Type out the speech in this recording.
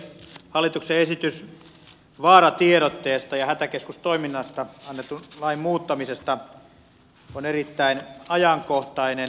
hallituksen esitys vaaratiedotteesta ja hätäkeskustoiminnasta annetun lain muuttamisesta on erittäin ajankohtainen